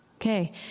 Okay